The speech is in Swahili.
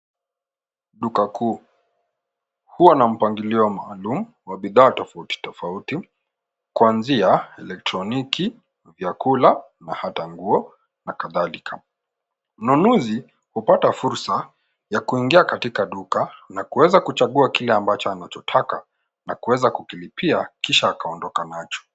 Duka kuu huwa na mpangilio maalum wa bidhaa tofauti tofauti kuanzia elektroniki , vyakula na hata nguo na kadhalika. Mnunuzi hupata fursa ya kuingia katika duka na kuweza kuchagua kile ambacho anachotaka na kuweza kukilipia kisha akaondoka nacho.